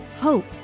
hope